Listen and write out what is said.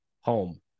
home